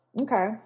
Okay